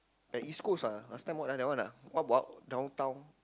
at East-Coast ah last time what ah that one what about downtown